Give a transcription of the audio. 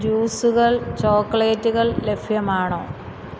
ജ്യൂസുകൾ ചോക്ലേറ്റുകൾ ലഭ്യമാണോ